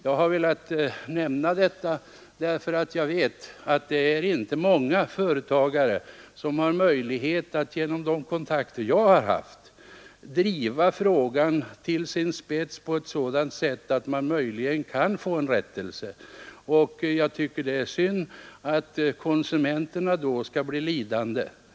Jag har velat nämna detta, därför att jag vet att det inte är många företagare som har möjlighet att genom de kontakter jag har haft driva frågan till sin spets och söka få en rättelse. Jag tycker det är synd att konsumenterna då skall bli lidande.